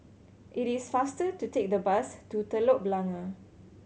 it is faster to take the bus to Telok Blangah